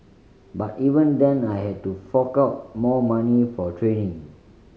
but even then I had to fork out more money for training